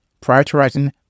prioritizing